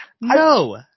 No